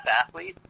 athletes